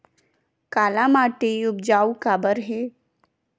काला माटी उपजाऊ काबर हे?